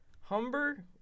Humber